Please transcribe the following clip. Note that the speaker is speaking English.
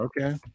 okay